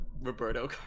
roberto